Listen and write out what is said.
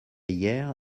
hier